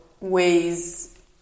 ways